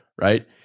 right